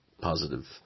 positive